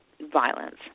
violence